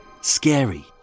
scary